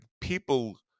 people